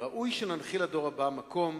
ראוי שננחיל לדור הבא מקום